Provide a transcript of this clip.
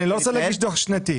אני לא רוצה להגיש דוח שנתי.